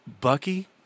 Bucky